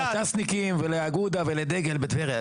לש"סניקים ולאגודה ולדגל בטבריה,